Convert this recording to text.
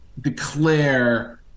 declare